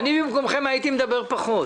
אני במקומכם הייתי מדבר פחות.